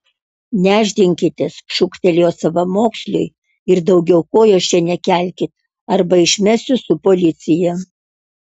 nešdinkitės šūktelėjo savamoksliui ir daugiau kojos čia nekelkit arba išmesiu su policija